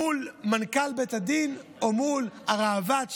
מול מנכ"ל בית הדין או מול הראב"ד,